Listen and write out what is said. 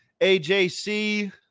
AJC